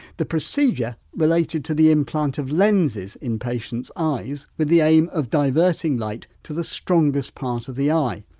the procedure related to the implant of lenses in patients' eyes with the aim of diverting light to the strongest part of the eye.